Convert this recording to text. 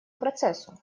процессу